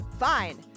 Fine